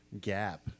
gap